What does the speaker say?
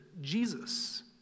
Jesus